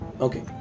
Okay